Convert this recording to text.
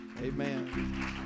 Amen